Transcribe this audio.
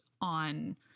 on